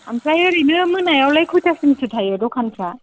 आमफ्राय ओरैनो मोनायावलाय खयथासिमसो थायो दखानफ्रा